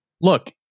Look